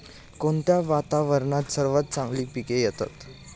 कोणत्या वातावरणात सर्वात चांगली पिके येतात?